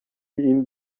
این